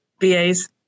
VAs